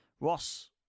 Ross